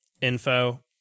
Info